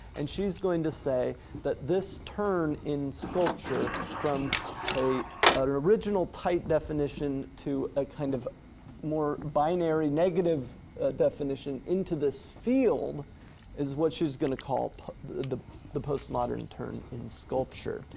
and she's going to say that this turn in sculpture from original tight definition to a kind of more binary negative definition into this field is what she's gonna call the the postmodern turn in sculpture.